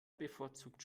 bevorzugt